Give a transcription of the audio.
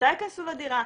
מתי ייכנסו לדירה,